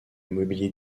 mobilier